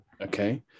Okay